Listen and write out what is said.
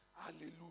Hallelujah